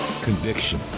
Conviction